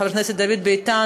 חבר הכנסת דוד ביטן,